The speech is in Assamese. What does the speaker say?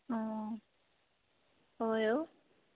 অঁ হয় অ'